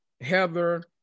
heather